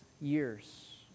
years